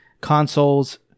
consoles